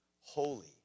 holy